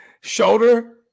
Shoulder